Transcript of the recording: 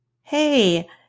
Hey